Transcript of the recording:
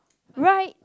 right